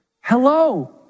hello